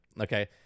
okay